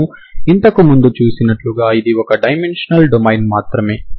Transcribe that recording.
మనము ఇంతకు ముందు చూసినట్లుగా ఇది ఒక డైమెన్షనల్ డొమైన్ మాత్రమే